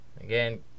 again